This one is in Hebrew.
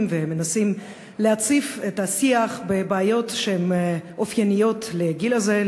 ומנסים להציף את השיח בבעיות שהן אופייניות לגיל הזה,